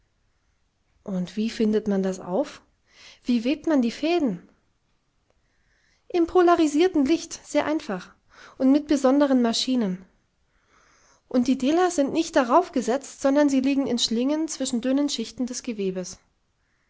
und wie findet man das auf wie webt man die fäden im polarisierten licht sehr einfach und mit besonderen maschinen und die dela sind nicht daraufgesetzt sondern sie liegen in schlingen zwischen dünnen schichten des gewebes